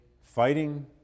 fighting